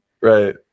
right